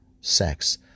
sex